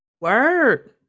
word